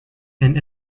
and